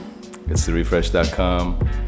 Itstherefresh.com